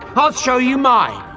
i'll show you mine.